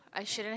I shouldn't